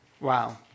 Wow